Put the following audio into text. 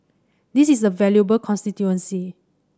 this is a valuable constituency